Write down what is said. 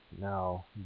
Now